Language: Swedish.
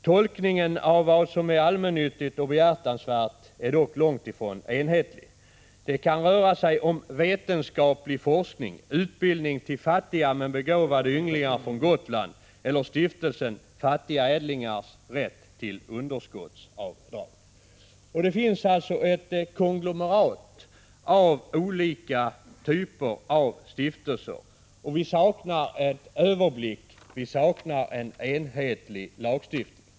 Tolkningen av vad som är allmännyttigt och behjärtansvärt är dock långt ifrån enhetlig. Det kan röra sig om vetenskaplig forskning, utbildning av fattiga men begåvade ynglingar från Gotland eller fattiga ädlingars rätt till underskottsavdrag. Det finns alltså ett konglomerat av stiftelser. Vi saknar en överblick och en enhetlig lagstiftning.